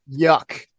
Yuck